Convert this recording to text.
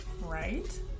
right